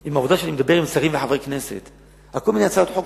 עם העובדה שאני מדבר עם שרים וחברי כנסת על כל מיני הצעות חוק,